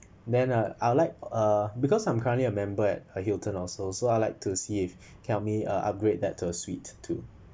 then uh I would like uh because I'm currently a member at hilton also so I would like to see if help me uh upgrade that to suite too